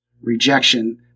rejection